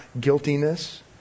guiltiness